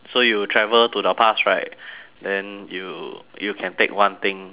so you travel to the past right then you you can take one thing